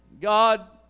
God